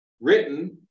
written